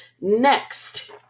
Next